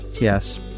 Yes